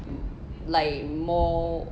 like more